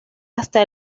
hasta